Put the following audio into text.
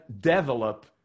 develop